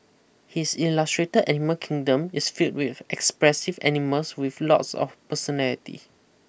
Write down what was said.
his illustrate animal kingdom is filled with expressive animals with lots of personality